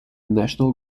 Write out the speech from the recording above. national